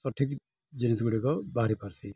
ସଠିକ ଜିନିଷ ଗୁଡ଼ିକ ବାହାରି ପାର୍ସି